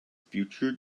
future